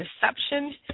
deception